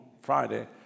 Friday